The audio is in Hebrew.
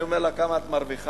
אני שואל אותה: כמה את מרוויחה?